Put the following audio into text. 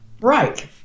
right